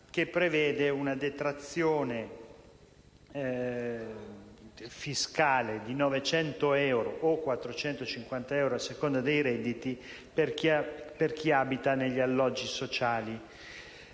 che prevede una detrazione fiscale di 900 euro o 450 euro, a seconda dei redditi, per chi abita negli alloggi sociali.